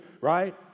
right